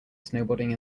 snowboarding